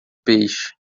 peixe